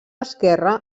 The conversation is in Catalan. esquerra